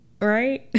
right